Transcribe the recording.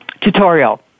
tutorial